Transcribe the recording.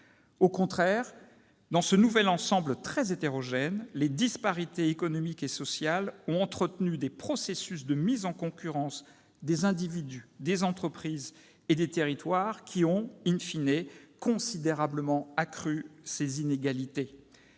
Au contraire, dans ce nouvel ensemble très hétérogène, les disparités économiques et sociales ont entretenu des processus de mise en concurrence des individus, des entreprises et des territoires qui ont,, considérablement accru ces inégalités.